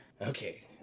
okay